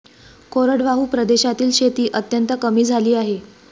कोरडवाहू प्रदेशातील शेती अत्यंत कमी झाली आहे